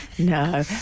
No